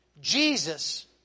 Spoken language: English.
Jesus